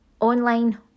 online